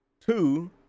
Two